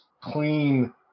clean